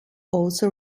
also